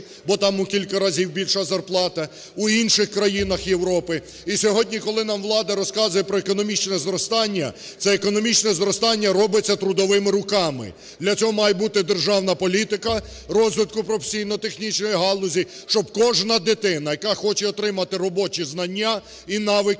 бо там у кілька разів більша зарплата, у інших країнах Європи. І сьогодні, коли нам влада розказує про економічне зростання, це економічне зростання робиться трудовими руками. Для цього має бути державна політика розвитку професійно-технічної галузі, щоб кожна дитина, яка хоче отримати робочі знання і навики,